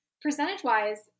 percentage-wise